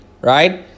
right